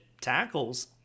tackles